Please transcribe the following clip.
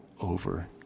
over